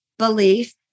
Belief